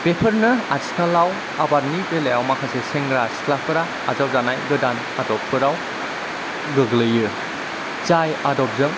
बेफोरनो आथिखालाव आबादनि बेलायाव माखासे सेंग्रा सिख्लाफोरा आजावजानाय गोदान आदबफोराव गोग्लैयो जाय आदबजों